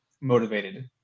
motivated